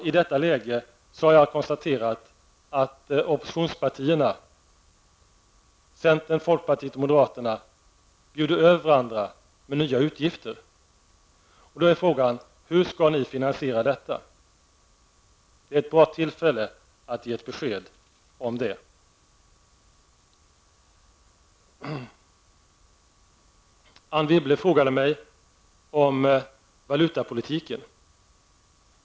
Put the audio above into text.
I detta läge har jag konstaterat att oppositionspartierna -- centern, folkpartiet och moderaterna -- bjuder över varandra med nya utgifter. Hur skall ni finansiera detta? Det är nu ett bra tillfälle att ge ett besked om det. Anne Wibble frågade mig om valutapolitiken.